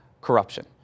corruption